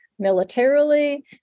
militarily